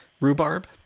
Rhubarb